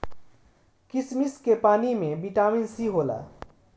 किशमिश के पानी में बिटामिन सी होला